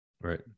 right